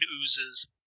oozes